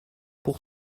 pour